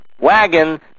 wagon